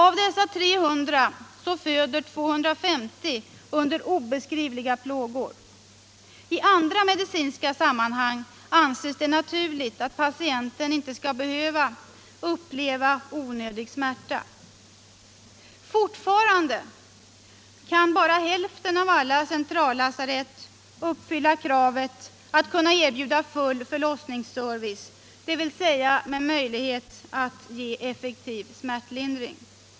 Av dessa 300 föder 250 under obeskrivliga plågor. I andra medicinska sammanhang anses det naturligt att patienten inte skall behöva uppleva onödig smärta. Fortfarande kan bara hälften av alla centrallasarett uppfylla kravet att kunna erbjuda full förlossningsservice, dvs. med möjlighet att ge effektiv smärtlindring.